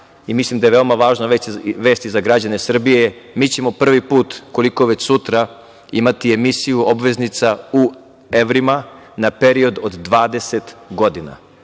i mislim da je veoma važna vest i za građane Srbije, mi ćemo prvi put, koliko već sutra, imati emisiju obveznica u evrima na period od 20 godina.